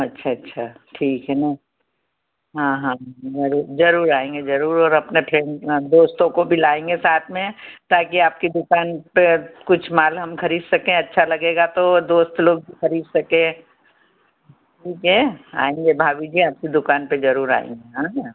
अच्छा अच्छा ठीक है ना हाँ हाँ जरूर जरूर आएंगे जरूर और अपने दोस्तों को भी लाएंगे साथ में ताकि आपकी दुकान पर कुछ माल हम खरीद सकें अच्छा लगेगा तो दोस्त लोग भी खरीद सकें ठीक है आएंगे भाभी जी आपकी दुकान पर जरूर आएंगे हाँ